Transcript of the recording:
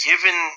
Given